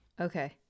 Okay